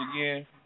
again